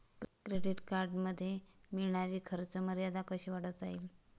Credit कार्डमध्ये मिळणारी खर्च मर्यादा कशी वाढवता येईल?